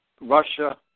Russia